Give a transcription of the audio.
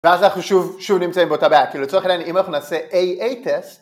ואז אנחנו שוב... שוב נמצאים באותה בעיה. כאילו, צריך לענ... אם אנחנו נעשה A-A טסט.